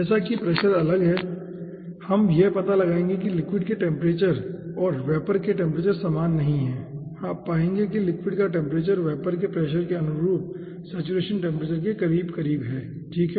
जैसा कि प्रेशर अलग हैं हम यह पता लगाएंगे कि लिक्विड के टेम्परेचर और वेपर के टेम्परेचर समान नहीं हैं आप पाएंगे कि लिक्विड का टेम्परेचर वेपर के प्रेशर के अनुरूप सेचुरेशन टेम्परेचर के करीब करीब है ठीक है